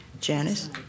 Janice